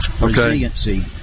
resiliency